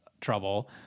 trouble